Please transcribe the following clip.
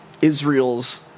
Israel's